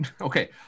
Okay